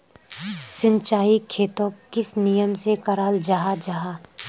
सिंचाई खेतोक किस नियम से कराल जाहा जाहा?